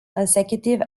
consecutive